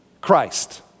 Christ